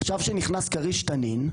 עכשיו כשנכנס כריש-תנין,